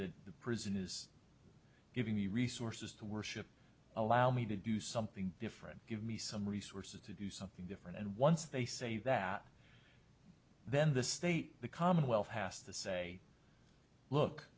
that the prison is given the resources to worship allow me to do something different give me some resources to do something different and once they say that then the state the commonwealth has to say look